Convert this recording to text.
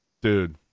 dude